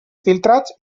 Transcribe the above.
filtrats